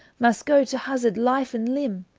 must goe to hazard life and limbe,